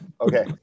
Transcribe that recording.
Okay